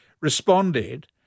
responded